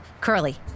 Curly